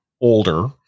older